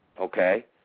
Okay